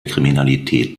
kriminalität